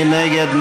מי נגד?